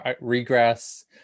Regress